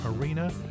Arena